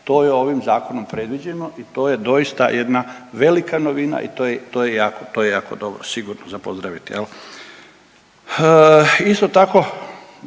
To je ovim zakonom predviđeno i to je doista jedna velika novina i to je, to je, to je jako dobro sigurno za pozdraviti jel. Isto tako,